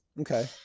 Okay